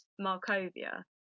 Markovia